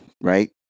Right